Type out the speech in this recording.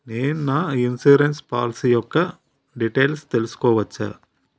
నేను నా insurance policy యెక్క డీటైల్స్ తెల్సుకోవచ్చా?